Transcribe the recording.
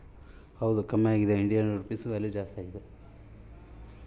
ಮೊದ್ಲು ಡಾಲರಿಂದು ರೇಟ್ ಏರುತಿತ್ತು ಆದ್ರ ಇವಾಗ ಅಷ್ಟಕೊಂದು ಏರದಂಗ ತೊಟೂಗ್ ಕಮ್ಮೆಗೆತೆ